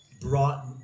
brought